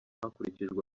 hakurikijwe